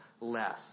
less